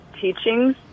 teachings